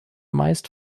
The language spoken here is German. meist